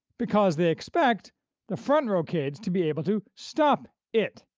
because they expect the front-row kids to be able to stop it.